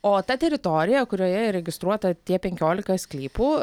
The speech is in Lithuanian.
o ta teritorija kurioje įregistruota tie penkiolika sklypų